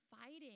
fighting